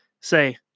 say